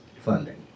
funding